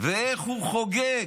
ואיך הוא חוגג.